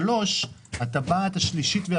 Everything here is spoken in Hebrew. מי שנסע בשולי הדרך במקרה הזה פטור.